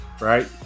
right